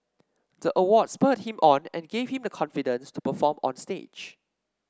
the award spurred him on and gave him the confidence to perform on stage